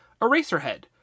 Eraserhead